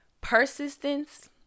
persistence